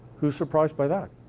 who's surprised by that?